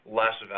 less